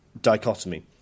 dichotomy